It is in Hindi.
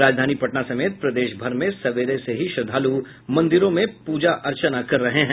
राजधानी पटना समेत प्रदेश भर में सवेरे से ही श्रद्धालु मंदिरों में प्रजा अर्चना कर रहे हैं